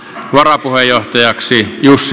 varapuheenjohtajaksi jos